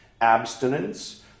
abstinence